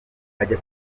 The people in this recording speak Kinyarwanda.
ajya